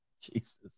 Jesus